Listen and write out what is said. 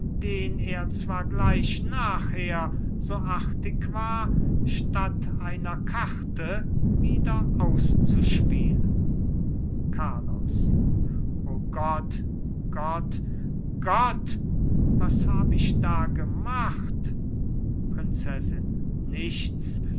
den er zwar gleich nachher so artig war statt einer karte wieder auszuspielen carlos o gott gott gott was hab ich da gemacht prinzessin nichts